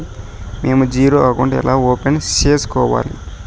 మేము zero account ఎలా open సేసుకోవాలి